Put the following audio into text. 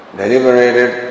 deliberated